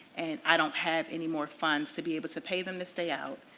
and i don't have any more funds to be able to pay them to stay out,